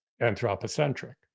anthropocentric